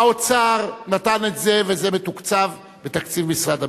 האוצר נתן את זה וזה מתוקצב בתקציב משרד הביטחון.